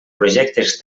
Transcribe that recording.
projectes